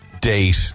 date